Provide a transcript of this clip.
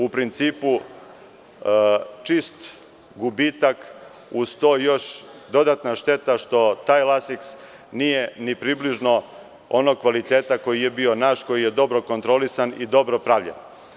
U principu čist gubitak, uz to još dodatna šteta što taj lasiks nije ni približno onog kvaliteta koji je bio naš, koji je dobro kontrolisan i dobro pravljen.